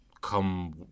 come